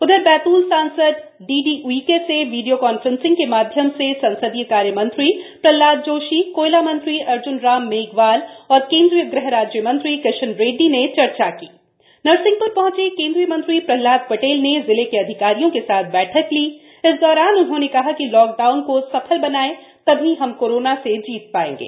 उधर बैतुल सांसद डीडी उइके से वीडियो कॉन्फ्रेंसिंग के माध्यम से संसदीय कार्य मंत्री प्रहलाद जोशी कोयला मंत्री अर्जन राम मेघवाल और केंद्रीय गृह राज्यमंत्री किशन रेड्डी ने चर्चा की नरसिंहपर पहंचे केंद्रीय मंत्री प्रहलाद पटेल ने जिले के अधिकारियों के साथ बछक ली इस दौरान उन्होंने कहा कि लॉक डाउन को सफल बनाएं तभी हम कोरोना से जीत पाएंगे